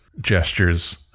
gestures